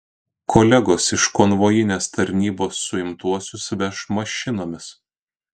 kolegos iš konvojinės tarnybos suimtuosius veš mašinomis